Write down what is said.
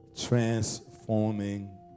transforming